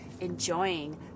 enjoying